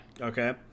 Okay